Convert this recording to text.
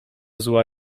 zła